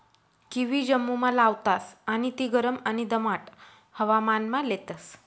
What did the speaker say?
kiwi जम्मुमा लावतास आणि ती गरम आणि दमाट हवामानमा लेतस